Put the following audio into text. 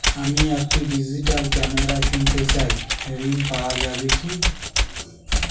আমি একটি digital camera কিনতে চাই ঝণ পাওয়া যাবে?